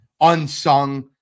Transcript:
unsung